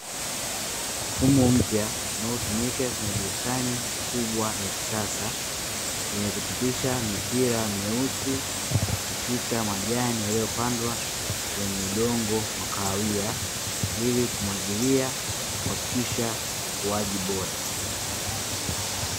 Mfumo mpya unaotumika kwenye bustani kubwa ya kisasa, yenye kupitisha mipira myeusi katika majani yaliyopandwa kwenye udongo wa kahawia, ili kumwagilia na kuhakikisha ukuaji bora.